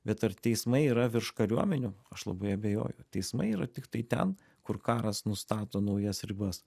bet ar teismai yra virš kariuomenių aš labai abejoju teismai yra tiktai ten kur karas nustato naujas ribas